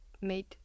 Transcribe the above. made